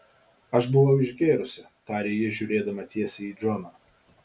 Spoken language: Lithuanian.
aš buvau išgėrusi tarė ji žiūrėdama tiesiai į džoną